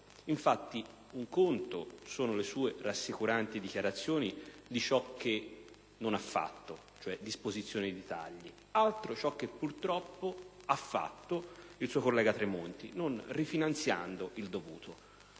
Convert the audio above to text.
Infatti, un conto sono le sue rassicuranti dichiarazioni su ciò che non ha fatto, cioè disposizione di tagli, altro ciò che purtroppo ha fatto il suo collega Tremonti non rifinanziando il dovuto.